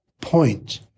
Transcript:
point